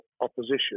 opposition